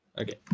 Okay